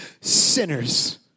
sinners